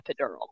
epidural